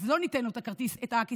אז לא ניתן לו את הכיסא המונע.